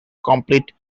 complete